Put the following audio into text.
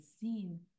seen